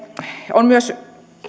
on myös